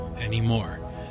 anymore